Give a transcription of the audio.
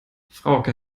frauke